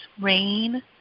rain